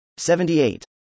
78